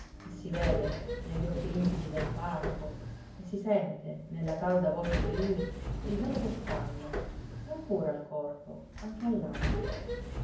e si vede negli occhi limpidi del parroco e si sente nella calda voce di lui il bene che fanno non pure al corpo anche